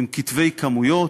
עם כתבי כמויות: